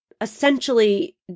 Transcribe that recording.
essentially